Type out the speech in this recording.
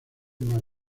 más